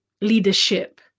leadership